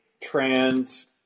trans